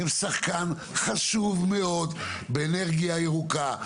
שהן שחקן חשוב מאוד באנרגיה ירוקה,